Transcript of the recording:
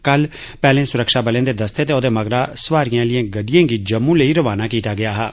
कल पैहले सुरक्षाबलें दे दस्ते ते औदे मगरा सवारियें आह्लियें गड्डियें गी जम्मू लेई रवाना कीता गेआ हा